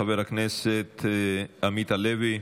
חבר הכנסת עמית הלוי,